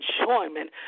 enjoyment